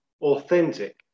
authentic